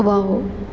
wow